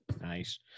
nice